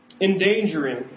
endangering